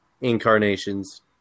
Incarnations